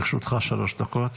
בבקשה, לרשותך שלוש דקות.